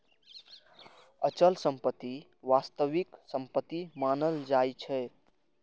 अचल संपत्ति वास्तविक संपत्ति मानल जाइ छै